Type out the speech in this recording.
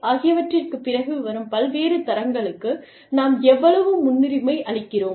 ஆகியவற்றிற்கு பிறகு வரும் பல்வேறு தரங்களுக்கு நாம் எவ்வளவு முன்னுரிமை அளிக்கிறோம்